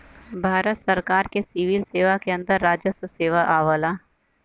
भारत सरकार के सिविल सेवा के अंदर राजस्व सेवा आवला